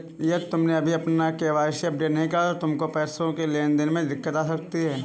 यदि तुमने अभी अपना के.वाई.सी अपडेट नहीं करवाया तो तुमको पैसों की लेन देन करने में दिक्कत आ सकती है